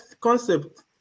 concept